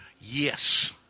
Yes